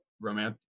romance